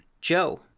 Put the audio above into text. joe